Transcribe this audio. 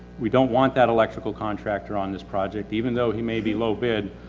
we don't want that electrical contractor on this project, even though he may be low bid.